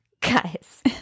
Guys